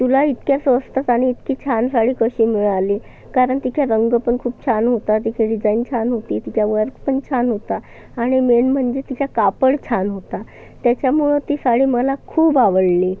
तुला इतक्या स्वस्त आणि इतकी छान साडी कशी मिळाली कारण तिचा रंग पण खूप छान होता तिची डिजाईन छान होती तिचा वर्कपन छान होता आणि मेन म्हणजे तिचा कापड छान होता त्याच्यामुळं ती साडी मला खूप आवडली